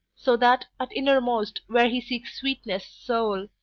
so that, at inner most where he seeks sweetness' soul,